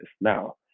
Now